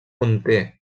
conté